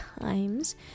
times